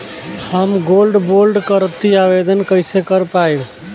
हम gold bond करतिं आवेदन कइसे कर पाइब?